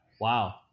Wow